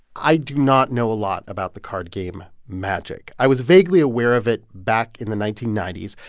i do not know a lot about the card game magic. i was vaguely aware of it back in the nineteen ninety s.